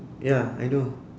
ya I know